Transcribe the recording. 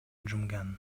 жумган